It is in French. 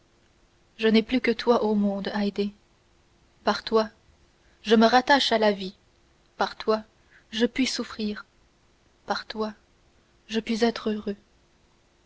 je n'ai plus que toi au monde haydée par toi je me rattache à la vie par toi je puis souffrir par toi je puis être heureux